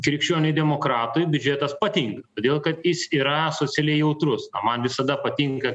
krikščioniui demokratui biudžetas patinka todėl kad jis yra socialiai jautrus o man visada patinka